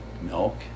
milk